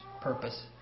purpose